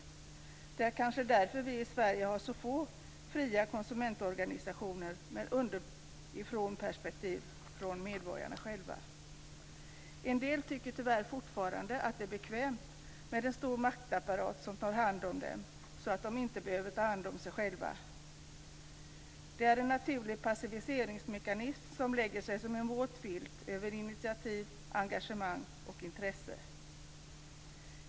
Det är kanske därför vi i Sverige har så få fria konsumentorganisationer med underifrånperspektiv från medborgarna själva. En del tycker tyvärr fortfarande att det är bekvämt med en stor maktapparat som tar hand om dem, så att de inte behöver ta hand om sig själva. Det är en naturlig passiviseringsmekanism som lägger sig som en våt filt över initiativ, engagemang och intresse.